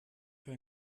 für